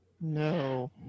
No